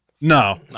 No